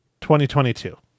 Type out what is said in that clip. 2022